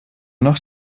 noch